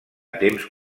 temps